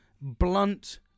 blunt